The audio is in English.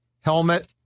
helmet